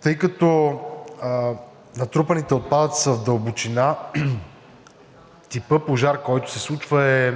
Тъй като натрупаните отпадъци са в дълбочина, типът пожар, който се случва, е